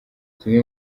zimwe